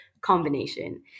combination